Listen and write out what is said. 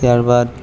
ત્યારબાદ